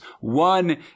One